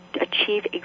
achieve